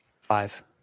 five